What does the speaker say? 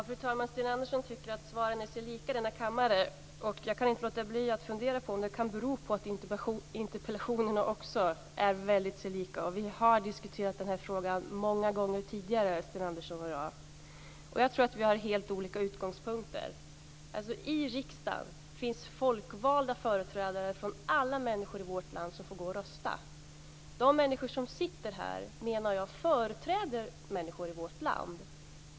Fru talman! Sten Andersson tycker att svaren är sig lika i denna kammare. Jag kan inte låta bli att fundera på om det kan bero på att interpellationerna också är sig väldigt lika. Vi har diskuterat den här frågan många gånger tidigare, Sten Andersson och jag. Jag tror att vi har helt olika utgångspunkter. I riksdagen finns folkvalda företrädare för alla människor i vårt land som får gå och rösta. De människor som sitter här menar jag företräder människorna i vårt land.